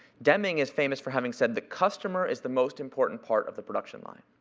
deming is famous for having said, the customer is the most important part of the production line.